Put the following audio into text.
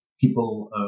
people